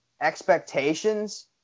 expectations